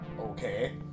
Okay